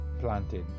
planted